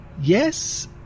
Yes